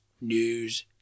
news